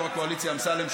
יו"ר הקואליציה אמסלם,